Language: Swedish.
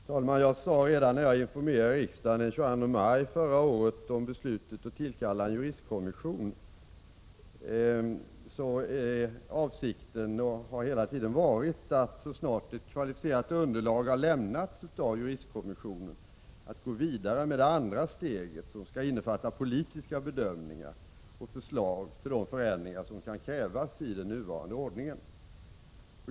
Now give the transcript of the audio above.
Fru talman! Jag sade redan den 22 maj förra året när jag informerade riksdagen om beslutet att tillkalla en juristkommission att avsikten är, och har hela tiden varit, att man så snart ett kvalificerat underlag har lämnats av juristkommissionen skall gå vidare med det andra steget, som skall innefatta politiska bedömningar och förslag till de förändringar som kan krävas i den nuvarande ordningen.